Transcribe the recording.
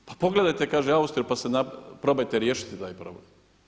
Pa pogledajte kaže Austriju pa se probajte riješiti taj problem.